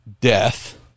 death